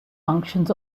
functions